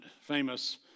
famous